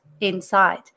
inside